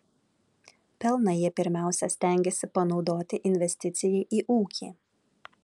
pelną jie pirmiausia stengiasi panaudoti investicijai į ūkį